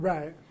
Right